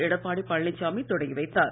எடப்பாடி பழனிசாமி தொடங்கி வைத்தார்